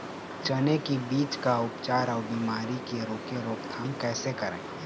चने की बीज का उपचार अउ बीमारी की रोके रोकथाम कैसे करें?